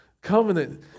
covenant